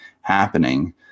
happening